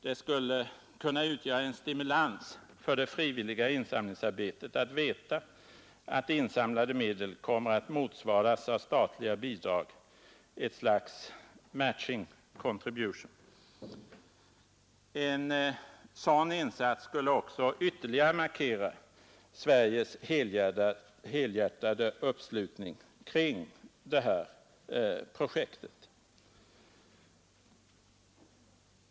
Det skulle kunna utgöra en stimulans för det frivilliga insamlingsarbetet att veta att insamlade medel kommer att motsvaras av statliga bidrag — ett slags ”matching contribution”. En sådan insats skulle också ytterligare markera Sveriges helhjärtade uppslutning kring det här projektet.